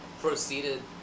proceeded